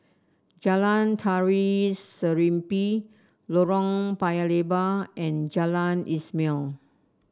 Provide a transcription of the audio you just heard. Jalan Tari Serimpi Lorong Paya Lebar and Jalan Ismail